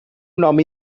nom